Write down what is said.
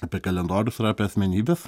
apie kalendorius ar apie asmenybes